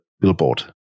billboard